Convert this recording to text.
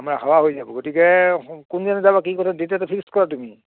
আমাৰ হাৱা হৈ যাব গতিকে কোন দিনা যাবা কি কথা ডে'ট এটা ফিক্স কৰা তুমি